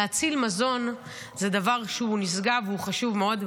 להציל מזון זה דבר שהוא נשגב וחשוב מאוד.